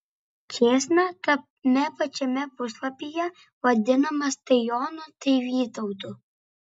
čėsna tame pačiame puslapyje vadinamas tai jonu tai vytautu